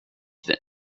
that